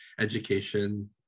education